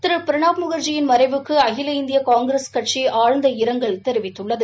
திரு பிரணாப் முகா்ஜியின் மறைவுக்கு அகில இந்திய காங்கிரஸ் கட்சி ஆழந்த இரங்கல் தெரிவித்துள்ளது